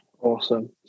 Awesome